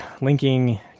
linking